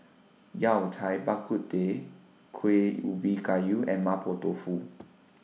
Yao Cai Bak Kut Teh Kuih Ubi Kayu and Mapo Tofu